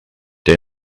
they